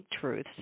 Truths